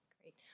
Great